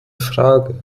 frage